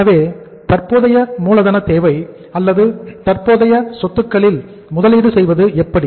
எனவே தற்போதைய மூலதன தேவை அல்லது தற்போதைய சொத்துக்களில் முதலீடு செய்வது எப்படி